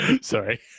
Sorry